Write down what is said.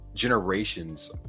generations